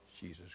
Jesus